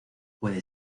puede